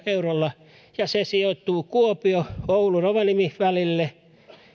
eurolla ja se sijoittuu kuopio oulu rovaniemi välille